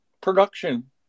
production